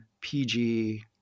PG